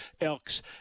elks